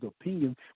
opinion